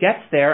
gets there